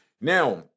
Now